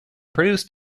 produced